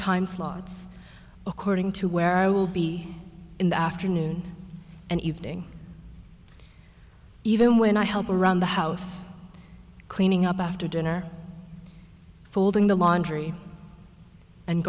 time slots according to where i will be in the afternoon and evening even when i help around the house cleaning up after dinner folding the laundry and